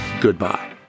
goodbye